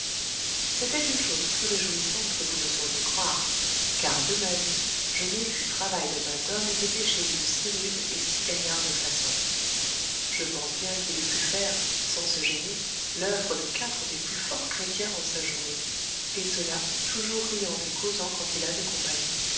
c'était une chose plus réjouissante que vous ne sauriez croire car de ma vie je n'ai vu travail de main d'homme dépêché d'une si rude et si gaillarde façon je pense bien qu'il eût pu faire sans se gêner l'oeuvre de quatre des plus forts chrétiens en sa journée et cela toujours riant et causant quand il avait compagnie